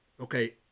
okay